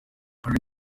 harry